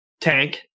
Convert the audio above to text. tank